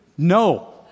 No